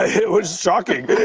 it. it was shocking.